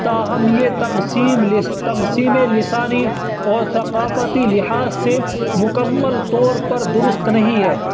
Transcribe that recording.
تاہم یہ تقسیم تقسیم لسانی اور ثقافتی لحاظ سے مکمل طور پر درست نہیں ہے